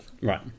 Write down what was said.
Right